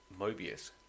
Mobius